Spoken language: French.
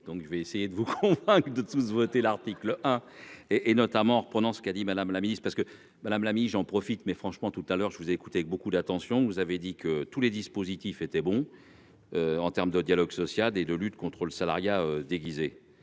Donc je vais essayer de vous convaincre de tous voté l'article hein et, et notamment en reprenant ce qu'a dit Madame la Ministre parce que Madame Lamy, J'en profite mais franchement tout à l'heure je vous ai écouté avec beaucoup d'attention, vous avez dit que tous les dispositifs étaient bon. En termes de dialogue social et de lutte contre le salariat déguisé